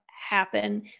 happen